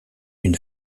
une